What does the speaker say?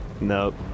nope